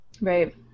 Right